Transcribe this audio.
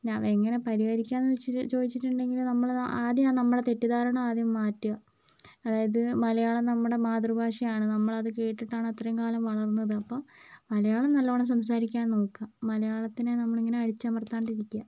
ഇനി അത് എങ്ങനെ പരിഹരിക്കാം എന്നു വച്ചിട്ട് ചോദിച്ചിട്ടുണ്ടെങ്കിൽ നമ്മൾ ആദ്യം നമ്മളെ തെറ്റിദ്ധാരണ ആദ്യം മാറ്റുക അതായത് മലയാളം നമ്മുടെ മാതൃഭാഷ ആണ് നമ്മളത് കേട്ടിട്ടാണ് ഇത്രയും കാലം വളർന്നത് അപ്പം മലയാളം നല്ലോണം സംസാരിക്കാൻ നോക്കുക മലയാളത്തിനെ നമ്മളിങ്ങനെ അടിച്ചമർത്താണ്ടിരിക്കുക